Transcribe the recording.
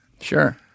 Sure